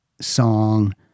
song